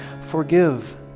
forgive